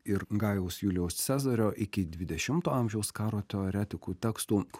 ir gajaus julijaus cezario iki dvidešimto amžiaus karo teoretikų tekstų kurie